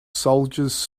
soldiers